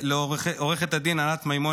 לעו"ד ענת מימון,